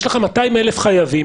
יש לך 200,000 חייבים,